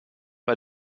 bei